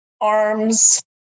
arms